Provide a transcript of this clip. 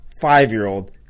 five-year-old